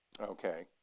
Okay